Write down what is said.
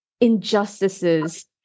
injustices